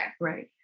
Right